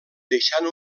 deixant